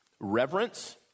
reverence